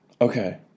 Okay